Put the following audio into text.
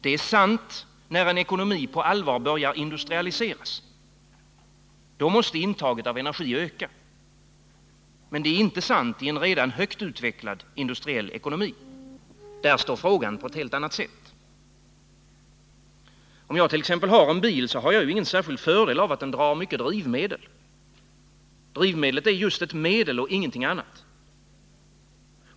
Det är sant när en ekonomi på allvar börjar industrialiseras. Då måste intaget av energi öka. Men det är inte sant i en redan högt utvecklad industriell ekonomi. Där kommer frågan i ett helt annat läge. Om jagt.ex. har en bil har jag ingen särskild fördel av att den drar mycket drivmedel. Drivmedlet är just ett medel och ingenting annat.